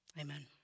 amen